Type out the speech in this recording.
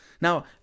Now